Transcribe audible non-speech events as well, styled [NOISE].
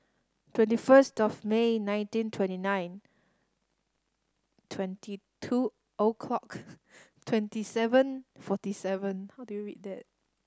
twenty first of May nineteen twenty nine twenty two o'clock [NOISE] twenty seven forty seven [UNINTELLIGIBLE]